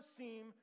seem